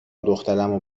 دخترمو